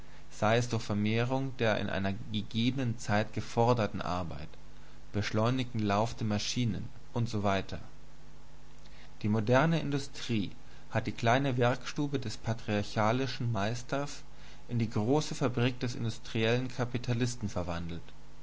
sei es durch vermehrung der in einer gegebenen zeit geforderten arbeit beschleunigten lauf der maschinen usw die moderne industrie hat die kleine werkstube des patriarchalischen meisters in die große fabrik des industriellen kapitalisten verwandelt